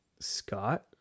scott